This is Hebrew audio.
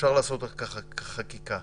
אפשר לעשות ככה חקיקה.